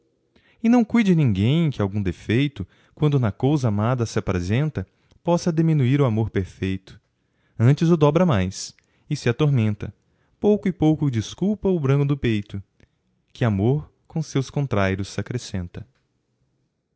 e não cuide ninguém que algum defeito quando na cousa amada s'apresenta possa deminuir o amor perfeito antes o dobra mais e se atormenta pouco e pouco o desculpa o brando peito que amor com seus contrairos s'acrescenta